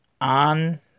on